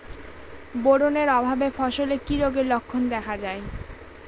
Boron এর অভাবে ফসলে কি রোগের লক্ষণ দেখা যায়?